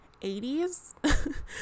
80s